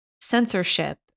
censorship